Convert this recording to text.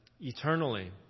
eternally